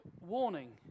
warning